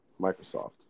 Microsoft